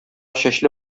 чәчле